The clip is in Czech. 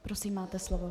Prosím, máte slovo.